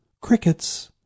crickets